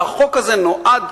והחוק הזה נועד,